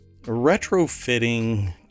retrofitting